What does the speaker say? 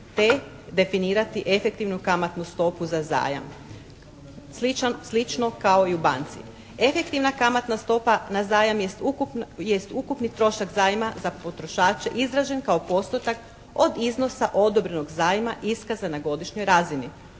te definirati efektivnu kamatnu stopu za zajam. Slično kao i u banci. Efektivna kamatna stopa na zajam jest ukupni trošak zajma za potrošača izražen kao postotak od iznosa odobrenog zajma iskazan na godišnjoj razini.